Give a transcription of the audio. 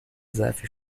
ضعف